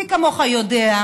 מי כמוך יודע,